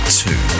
two